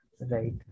right